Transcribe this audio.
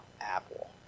apple